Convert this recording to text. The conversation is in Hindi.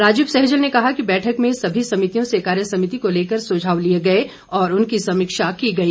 राजीव सहजल ने कहा कि बैठक में सभी समितियों से कार्यसभिति को लेकर सुझाव लिए गए और उनकी समीक्षा की गई